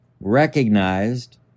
recognized